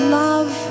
love